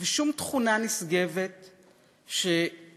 ושום תכונה נשגבה שמהווים